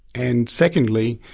and secondly,